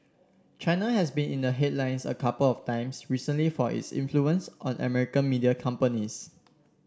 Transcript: China has been in the headlines a couple of times recently for its influence on American media companies